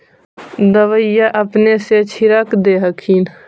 दबइया अपने से छीरक दे हखिन?